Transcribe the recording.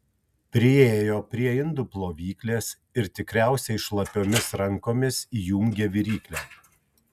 priėjo prie indų plovyklės ir tikriausiai šlapiomis rankomis įjungė viryklę